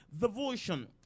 devotion